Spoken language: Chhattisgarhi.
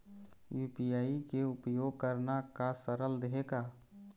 यू.पी.आई के उपयोग करना का सरल देहें का?